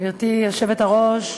גברתי היושבת-ראש,